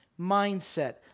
mindset